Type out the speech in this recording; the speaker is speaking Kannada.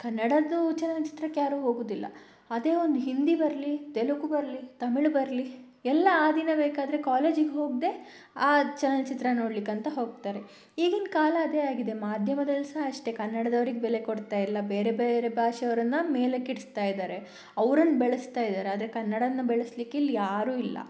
ಕನ್ನಡದ್ದು ಚಲನಚಿತ್ರಕ್ಕೆ ಯಾರೂ ಹೋಗುವುದಿಲ್ಲ ಅದೇ ಒಂದು ಹಿಂದಿ ಬರಲಿ ತೆಲುಗು ಬರಲಿ ತಮಿಳು ಬರಲಿ ಎಲ್ಲ ಆ ದಿನ ಬೇಕಾದರೆ ಕಾಲೇಜಿಗೆ ಹೋಗದೆ ಆ ಚಲನಚಿತ್ರ ನೋಡಲಿಕ್ಕಂತ ಹೋಗ್ತಾರೆ ಈಗಿನ ಕಾಲ ಅದೇ ಆಗಿದೆ ಮಾಧ್ಯಮ್ದಲ್ಲಿ ಸಹ ಅಷ್ಟೇ ಕನ್ನಡದವ್ರಿಗೆ ಬೆಲೆ ಕೊಡ್ತಾ ಇಲ್ಲ ಬೇರೆ ಬೇರೆ ಭಾಷೆಯವರನ್ನ ಮೇಲಕ್ಕೆ ಇಡಿಸ್ತಾ ಇದ್ದಾರೆ ಅವ್ರನ್ನ ಬೆಳೆಸ್ತಾ ಇದ್ದಾರೆ ಆದರೆ ಕನ್ನಡವನ್ನ ಬೆಳೆಸ್ಲಿಕ್ಕೆ ಇಲ್ಲಿ ಯಾರು ಇಲ್ಲ